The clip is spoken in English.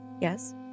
Yes